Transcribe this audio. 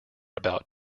about